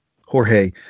Jorge